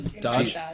dodge